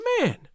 man